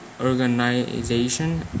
organization